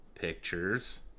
pictures